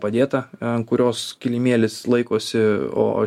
padėta ant kurios kilimėlis laikosi o